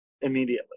immediately